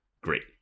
great